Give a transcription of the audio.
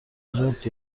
نجات